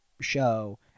show